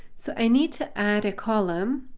so i need to add a column,